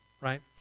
Right